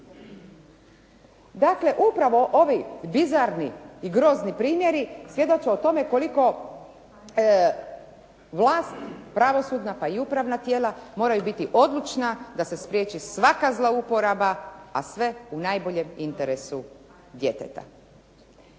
Dakle, upravo ovi bizarni i grozni primjeri, svjedoče o tome koliko vlast pravosudna, pa i upravna tijela moraju biti odlučna da se spriječi svaka zlouporaba, a sve u najboljem interesu djeteta.